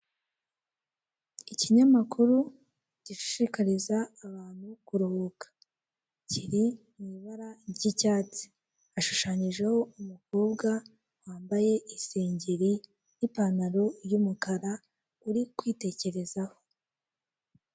Ikinyamakuru gishishikariza abantu ku ruhuka kiri mu ibara ry'icyatsi. Hashushanyijeho umukobwa wambaye isengeri n'ipantaro y'umukara uri kwitekerezaho.